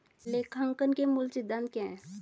लेखांकन के मूल सिद्धांत क्या हैं?